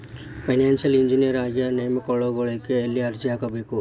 Financial engineer ಆಗಿ ನೇಮಕಗೊಳ್ಳಿಕ್ಕೆ ಯೆಲ್ಲಿ ಅರ್ಜಿಹಾಕ್ಬೇಕು?